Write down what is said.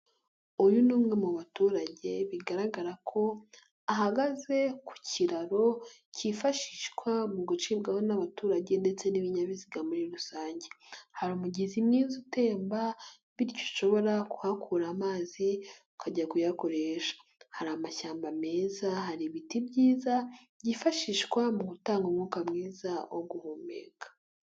Uyu ni umwe mu baturage bigaragara ko ahagaze ku kiraro kifashishwa mu gucibwaho n'abaturage ndetse n'ibinyabiziga muri rusange. Hari umugezi mwiza utemba bityo ushobora kuhakura amazi ukajya kuyakoresha. Hari amashyamba meza, hari ibiti byiza byifashishwa mu gutanga umwuka mwiza wo guhumeka.